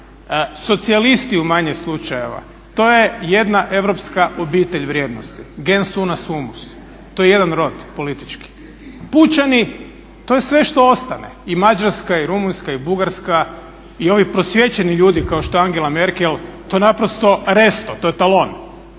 socijalisti u manje slučajeva to je jedna europska obitelj vrijednosti "Gens una sumus" to je jedan rod politički. Pučani, to je sve što ostane. I Mađarska i Rumunjska i Bugarska i ovi prosvijećeni ljudi kao što je Angela Merkel to naprosto resto, totalon.